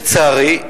לצערי,